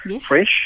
fresh